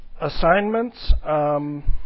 Assignments